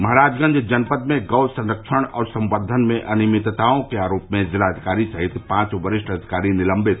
महाराजगंज जनपद में गौ संरक्षण और संरक्षन में अनियमितताओं के आरोप में जिलाधिकारी सहित पांच वरिष्ठ अधिकारी निलंबित